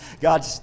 God